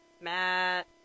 Matt